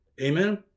Amen